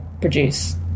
produce